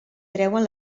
treuen